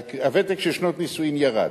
הוותק של שנות נישואים ירד.